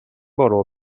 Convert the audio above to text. برو